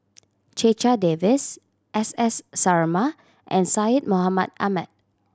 Checha Davies S S Sarma and Syed Mohamed Ahmed